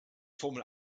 formel